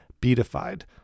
beatified